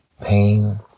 pain